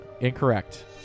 Incorrect